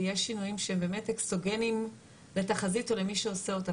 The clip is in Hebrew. ויש שינויים שהם באמת אקסוגנים לתחזית או למי שעושה אותה,